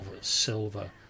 silver